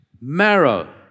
marrow